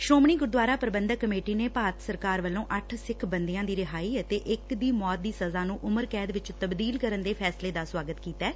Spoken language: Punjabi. ਸ੍ਰੋਮਣੀ ਗੁਰਦੁਆਰਾ ਪ੍ਰਬੰਧਕ ਕਮੇਟੀ ਨੇ ਭਾਰਤ ਸਰਕਾਰ ਵੱਲੋਂ ਅੱਠ ਸਿੱਖ ਬੰਦੀਆਂ ਦੀ ਰਿਹਾਈ ਤੇ ਇੱਕ ਦੀ ਮੌਤ ਦੀ ਸਜਾ ਨੂੰ ਉਮਰ ਕੈਦ ਵਿਚ ਤਬਦੀਲ ਕਰਨ ਦੇ ਫੈਸਲੇ ਦਾ ਸਵਾਗਤ ਕੀਤੈ